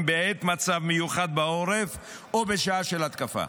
בעת מצב מיוחד בעורף או בשעה של התקפה,